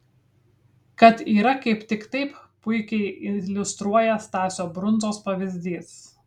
kad yra kaip tik taip puikiai iliustruoja stasio brundzos pavyzdys